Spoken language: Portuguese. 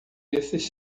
esses